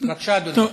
בבקשה, אדוני.